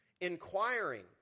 inquiring